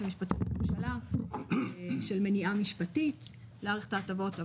המשפטי לממשלה של מניעה משפטית להאריך את ההטבות.